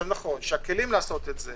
נכון שהכלים לעשות את זה,